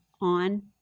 on